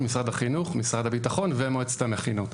משרד החינוך; משרד הביטחון ומועצת המכינות.